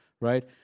right